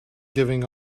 giving